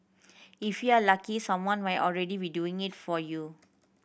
if you are lucky someone might already be doing it for you